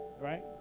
Right